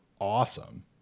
awesome